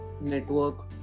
network